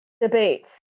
debates